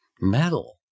metal